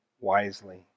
wisely